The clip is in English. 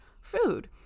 food